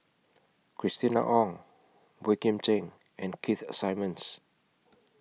Christina Ong Boey Kim Cheng and Keith Simmons